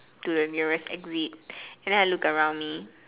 to the nearest exit and then I looked around me